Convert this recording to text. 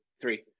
three